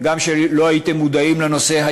גם שלא הייתם מודעים לנושא,